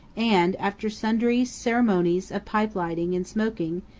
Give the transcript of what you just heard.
and, after sundry ceremonies of pipe lighting and smoking,